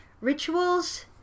rituals